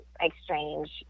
exchange